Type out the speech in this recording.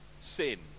sin